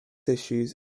issues